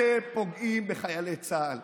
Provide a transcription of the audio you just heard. אתם פוגעים בחיילי צה"ל.